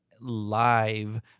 live